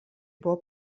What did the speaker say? buvo